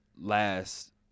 last